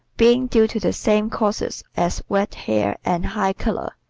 being due to the same causes as red hair and high color,